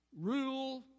Rule